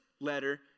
letter